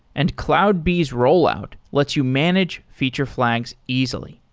and cloudbees rollout lets you manage feature flags easily.